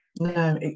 No